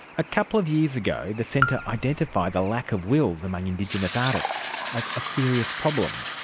a couple of years ago, the centre identified the lack of wills among indigenous artists as a serious problem.